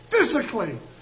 physically